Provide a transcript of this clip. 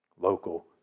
Local